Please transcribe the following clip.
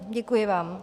Děkuji vám.